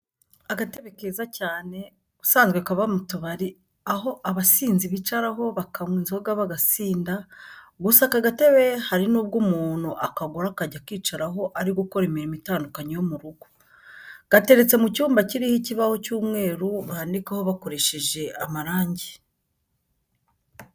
Agatebe keza cyane, ubusanzwe kaba mu tubari, aho abasinzi bicaraho bakanywa inzoga bagasinda, gusa aka gatebe hari nubwo umuntu akagura akajya akicaraho ari gukora imirimo itandukanye yo mu rugo. Gateretse mu cyumba kiriho ikibaho cy'umweru bandikaho bakoresheje amarange.